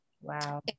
Wow